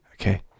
Okay